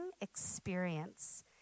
experience